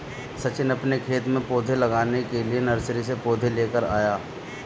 सचिन अपने खेत में पौधे लगाने के लिए नर्सरी से पौधे लेकर आया